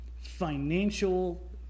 financial